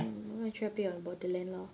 mm I try play on Borderland lor